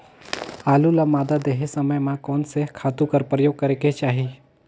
आलू ल मादा देहे समय म कोन से खातु कर प्रयोग करेके चाही?